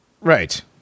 right